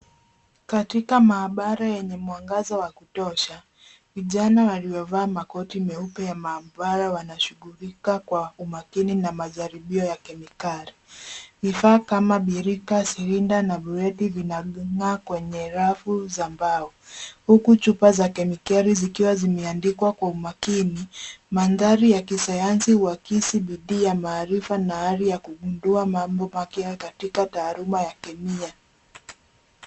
Katika maabara yenye mwangaza wa kutosha, vijana waliovaa makoti meupe ya maabara wanashghulika kwa umakini na majaribio ya kemikali. Vifaa kama birika, silinda na bureti vinang'aa kwenye rafu za mbao huku chupa za kemikali zikiwa zimeandikwa kwa umakini. Mandhari ya kisayansi huakisi bidii ya maarifa na hali ya kugundua mambo mapya mapya katika taaluma ya Kemia.